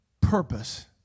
purpose